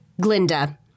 Glinda